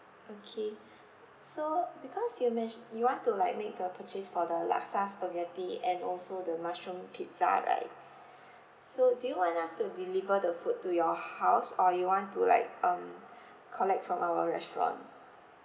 okay so because you mentio~ you want to like make a purchase for the laksa spaghetti and also the mushroom pizza right so do you want us to deliver the food to your house or you want to like um collect from our restaurant